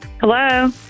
Hello